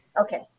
Okay